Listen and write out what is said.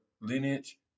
lineage